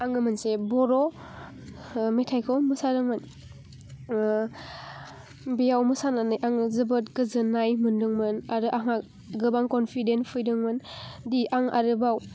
आङो मोनसे बर' मेथाइखौ मोसादोंमोन बेयाव मोसानानै आङो जोबोद गोजोननाय मोन्दोंमोन आरो आंहा गोबां कनफिडेन्स फैदोंमोन डि आं आरोबाव